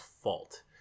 fault